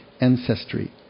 ancestry